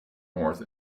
north